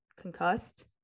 concussed